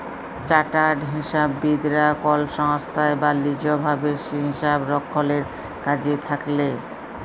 chartered হিসাববিদ রা কল সংস্থায় বা লিজ ভাবে হিসাবরক্ষলের কাজে থাক্যেল